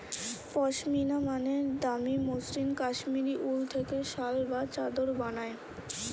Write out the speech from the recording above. পশমিনা মানে দামি মসৃণ কাশ্মীরি উল থেকে শাল বা চাদর বানায়